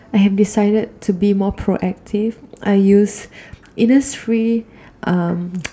I have decided to be more proactive I use Innisfree um